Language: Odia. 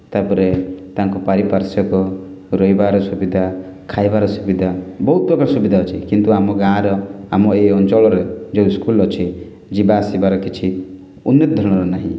ତା'ପରେ ତାଙ୍କ ପାରିପାର୍ଶ୍ଵିକ ରହିବାର ସୁବିଧା ଖାଇବାର ସୁବିଧା ବହୁତ ପ୍ରକାର ସୁବିଧା ଅଛି କିନ୍ତୁ ଆମ ଗାଁର ଆମ ଏ ଅଞ୍ଚଳରେ ଯେଉଁ ସ୍କୁଲ୍ ଅଛି ଯିବା ଆସିବାର କିଛି ଉନ୍ନତ ଧରଣର ନାହିଁ